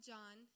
John